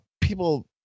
people